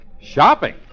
Shopping